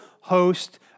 host